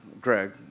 Greg